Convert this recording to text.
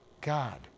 God